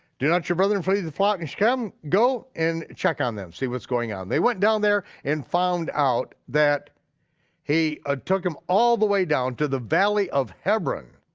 do not your brethren flee the flock in sichem, go and check on them, see what's going on. they went down there and found out that he ah took them all the way down to the valley of hebron.